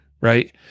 Right